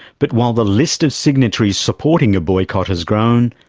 but while the list of signatories supporting a boycott has grown,